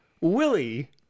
Willie